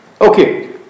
Okay